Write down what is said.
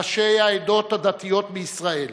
ראשי העדות הדתיות בישראל,